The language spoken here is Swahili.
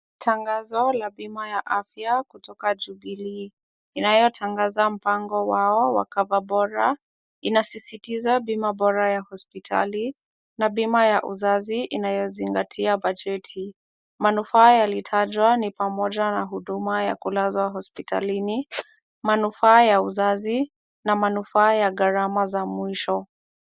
Tangazo la bima ya afya kutoka Jubilee inayotangaza mpango wao wa cover bora. Inasisitiza bima bora ya hospitali na bima ya uzazi inayozingatia bajeti. Manufaa yaliyotajwa ni pamoja na huduma ya kulazwa hospitalini, manufaa ya uzazi na manufaa ya gharama za mwisho.